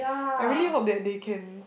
I really hope that they can